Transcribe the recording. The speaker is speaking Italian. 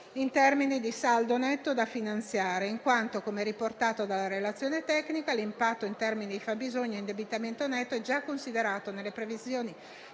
in termini di saldo netto da finanziare, in quanto, come riportato dalla relazione tecnica, l'impatto in termini di fabbisogno e indebitamento netto è già considerato nelle previsioni